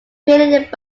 created